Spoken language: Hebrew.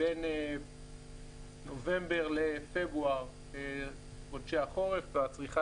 בין נובמבר לפברואר אלה חודשי החורף והצריכה